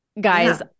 guys